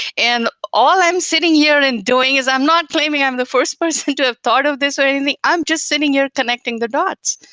and all i'm sitting here and doing is i'm not claiming i'm the first person to have thought of this or anything. i'm just sitting here connecting the dots.